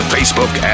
Facebook